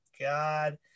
God